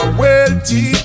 wealthy